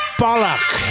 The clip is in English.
bollock